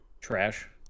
trash